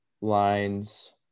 lines